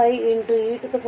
75e 2